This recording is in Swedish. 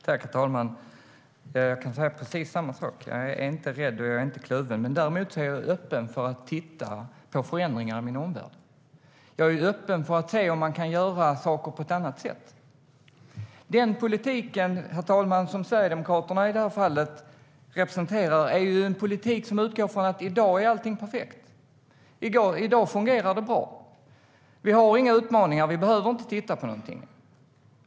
Herr talman! Jag kan säga samma sak. Jag är inte rädd och jag är inte kluven. Däremot är jag öppen för att titta på förändringar i min omvärld. Jag är öppen för att se om man kan göra saker på ett annat sätt. Den politik, herr talman, som i det här fallet Sverigedemokraterna representerar är en politik som utgår från att allt är perfekt, att det fungerar bra i dag. Vi har inte några utmaningar och behöver inte titta på någonting.